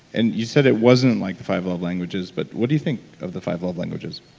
and you said it wasn't like the five love languages, but what do you think of the five love languages?